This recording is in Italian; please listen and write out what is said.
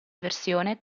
versione